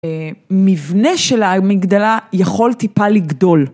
מבנה של האמיגדלה, יכול טיפה לגדול.